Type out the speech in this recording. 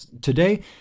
today